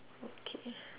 okay